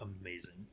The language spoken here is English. amazing